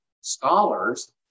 scholars